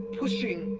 pushing